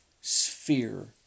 sphere